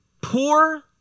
Poor